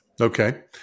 Okay